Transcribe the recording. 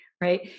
right